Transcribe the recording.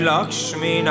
Lakshmi